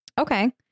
Okay